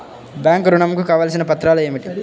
Bank ఋణం కు కావలసిన పత్రాలు ఏమిటి?